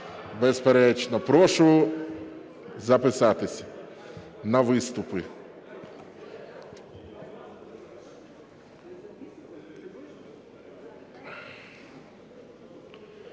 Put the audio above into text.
Безперечно. Прошу записатися на виступи.